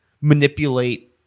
manipulate